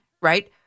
right